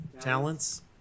talents